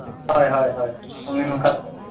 ᱦᱳᱭ ᱦᱳᱭ ᱦᱳᱭ ᱚᱱᱤ ᱦᱚᱸ ᱚᱱᱠᱟ